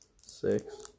six